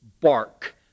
bark